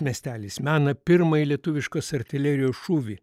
miestelis mena pirmąjį lietuviškos artilerijos šūvį